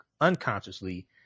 unconsciously